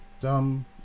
dumb